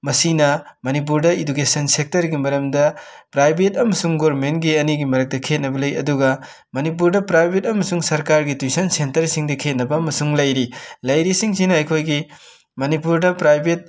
ꯃꯁꯤꯅ ꯃꯅꯤꯄꯨꯔꯗ ꯏꯗꯨꯀꯦꯁꯟ ꯁꯦꯛꯇꯔꯒꯤ ꯃꯔꯝꯗ ꯄ꯭ꯔꯥꯏꯕꯦꯠ ꯑꯃꯁꯨꯡ ꯒꯣꯔꯃꯦꯟꯒꯤ ꯑꯅꯤꯒꯤ ꯃꯔꯛꯇ ꯈꯦꯠꯅꯕ ꯂꯩ ꯑꯗꯨꯒ ꯃꯅꯤꯄꯨꯔꯗ ꯄ꯭ꯔꯥꯏꯕꯦꯠ ꯑꯃꯁꯨꯡ ꯁꯔꯀꯥꯔꯒꯤ ꯇꯨꯏꯁꯟ ꯁꯦꯟꯇꯔꯁꯤꯡꯗ ꯈꯦꯠꯅꯕ ꯑꯃꯁꯨꯡ ꯂꯩꯔꯤ ꯂꯩꯔꯤꯁꯤꯡꯁꯤꯅ ꯑꯩꯈꯣꯏꯒꯤ ꯃꯅꯤꯄꯨꯔꯗ ꯄ꯭ꯔꯥꯏꯕꯦꯠ